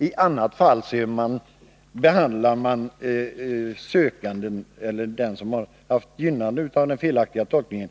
I annat fall skulle man behandla den som har varit gynnad av den felaktiga tolkningen